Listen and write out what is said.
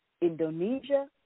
Indonesia